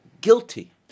guilty